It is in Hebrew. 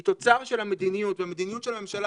היא תוצר של המדיניות והמדיניות של הממשלה